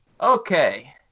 Okay